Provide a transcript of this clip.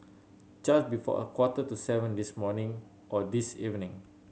just before a quarter to seven this morning or this evening